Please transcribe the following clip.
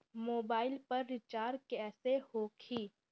Mobile पर recharge कैसे होखी?